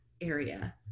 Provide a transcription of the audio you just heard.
area